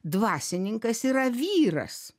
dvasininkas yra vyras